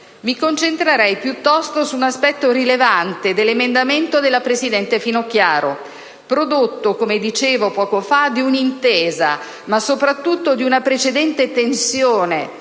Mi concentrerei piuttosto su un aspetto rilevante dell'emendamento della presidente Finocchiaro, prodotto, come dicevo poco fa, di un'intesa, ma soprattutto di una precedente tensione,